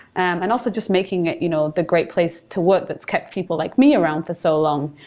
and also just making it you know the great place to work that's kept people like me around for so long.